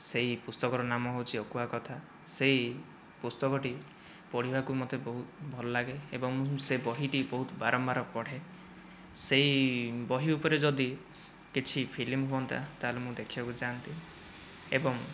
ସେହି ପୁସ୍ତକର ନାମ ହେଉଛି ଅକୁହା କଥା ସେହି ପୁସ୍ତକଟି ପଢ଼ିବାକୁ ମୋତେ ବହୁ ଭଲ ଲାଗେ ଏବଂ ମୁଁ ସେହି ବହିଟି ବହୁତ ବାରମ୍ବାର ପଢ଼େ ସେହି ବହି ଉପରେ ଯଦି କିଛି ଫିଲ୍ମ ହୁଅନ୍ତା ତା'ହେଲେ ମୁଁ ଦେଖିବାକୁ ଯାଆନ୍ତି ଏବଂ